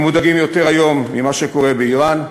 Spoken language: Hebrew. הם מודאגים יותר היום ממה שקורה באיראן,